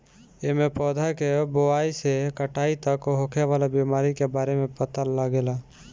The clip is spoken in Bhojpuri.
एमे पौधा के बोआई से कटाई तक होखे वाला बीमारी के बारे में पता लागेला